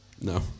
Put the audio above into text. No